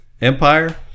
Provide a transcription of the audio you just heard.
Empire